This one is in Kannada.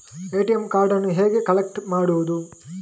ಎ.ಟಿ.ಎಂ ಕಾರ್ಡನ್ನು ಹೇಗೆ ಕಲೆಕ್ಟ್ ಮಾಡುವುದು?